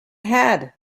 had